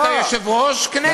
אתה יושב-ראש כנסת.